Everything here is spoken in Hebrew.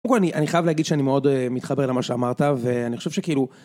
אני חייב להגיד שאני מאוד מתחבר למה שאמרת ואני חושב שכאילו